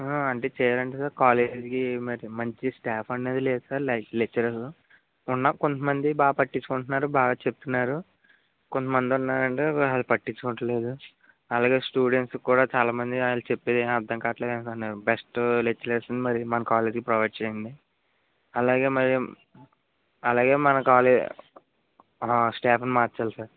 అంటే చేయాలంటే సార్ కాలేజీకి మరి మంచి స్టాఫ్ అనేది లేదు సార్ లె లెక్చరరు ఉన్న కొంతమంది బాగా పట్టించుకుంటున్నారు బాగా చెప్తునారు కొంతమంది ఉన్నారండీ అసలు పట్టించుకోవట్లేదు అలాగే స్టూడెంట్స్కు కూడా చాలామంది ఆళ్లు చెప్పేది ఎం అర్థం కావట్లేదంటున్నారు బెస్ట్ లెక్చర్స్ని మరి మన కాలేజీకి ప్రొవైడ్ చెయ్యండి అలాగే మరి అలాగే మన కాలే స్టాఫ్ని మార్చాల సార్